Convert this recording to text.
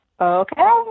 Okay